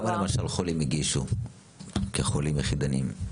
כמה למשל חולים הגישו כחולים יחידניים?